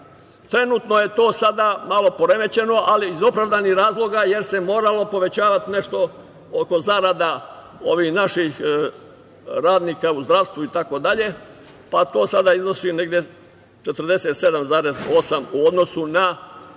Trenutno je to sada malo poremećeno, ali iz opravdanih razloga, jer se moralo povećavati nešto oko zarada naših radnika u zdravstvu itd, pa to sada iznosi negde 47,8 u odnosu na